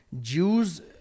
Jews